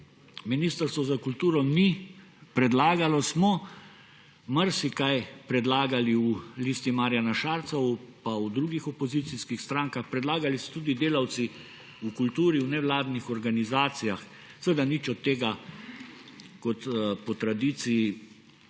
Ministrstvo za kulturo ni predlagalo, smo marsikaj predlagali v Listi Marjana Šarca in v drugih opozicijskih strankah, predlagali so tudi delavci v kulturi, v nevladnih organizacijah. Seveda nič od tega kot po tradiciji